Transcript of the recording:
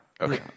okay